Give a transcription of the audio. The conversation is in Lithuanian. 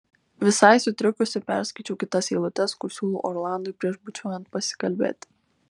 visai sutrikusi perskaičiau kitas eilutes kur siūlau orlandui prieš bučiuojant pasikalbėti